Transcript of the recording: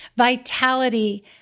vitality